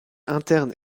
interne